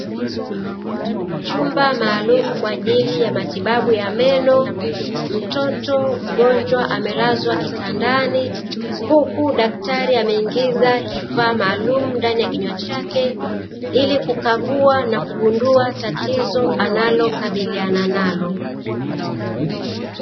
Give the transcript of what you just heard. Chumba maalumu kwa ajili ya matibabu ya meno, mtoto mgonjwa amelazwa kitandani huku daktari ameingiza kifaa maalumu ndani ya kinywa chake, ilikukagua na kugundua tatizo analokabiliana nalo.